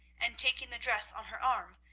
and, taking the dress on her arm,